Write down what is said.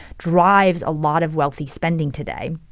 drives a lot of wealthy spending today,